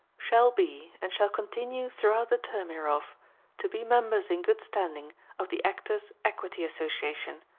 shall be and shall continue throughout the term hereof to be members in good standing of the actors' equity association,